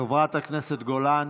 חברת הכנסת גולן,